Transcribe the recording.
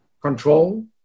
control